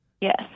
Yes